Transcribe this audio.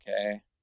okay